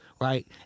Right